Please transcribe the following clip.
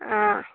ꯑꯥ